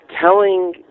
telling